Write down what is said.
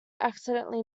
accidentally